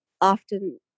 often